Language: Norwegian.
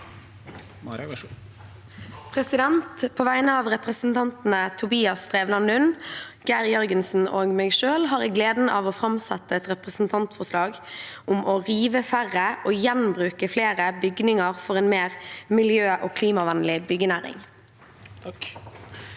På vegne av represen- tantene Tobias Drevland Lund, Geir Jørgensen og meg selv har jeg gleden av å framsette et representantforslag om å rive færre og gjenbruke flere bygninger for en mer miljø- og klimavennlig byggenæring.